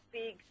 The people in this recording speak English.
big